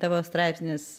tavo straipsnis